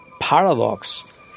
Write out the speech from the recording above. paradox